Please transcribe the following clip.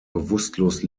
bewusstlos